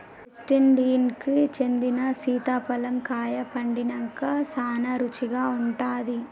West Indies కి చెందిన సీతాఫలం కాయ పండినంక సానా రుచిగా ఉంటాది